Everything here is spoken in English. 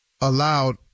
allowed